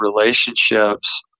relationships